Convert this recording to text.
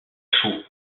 chauds